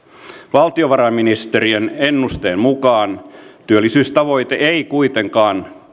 valtiovarainministeriön ennusteen mukaan tavoitetta ei kuitenkaan